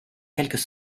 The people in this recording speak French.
quelques